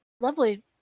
lovely